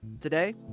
Today